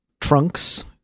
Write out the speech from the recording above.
Trunks